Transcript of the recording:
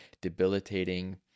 debilitating